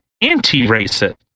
anti-racist